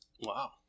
Wow